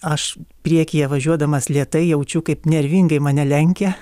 aš priekyje važiuodamas lėtai jaučiu kaip nervingai mane lenkia